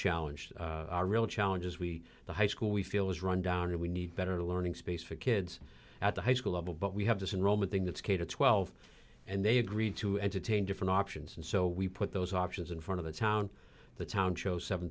challenge our real challenge is we the high school we feel is rundown and we need better learning space for kids at the high school level but we have this in roman thing that's k to twelve and they agree to entertain different options and so we put those options in front of the town the town shows seven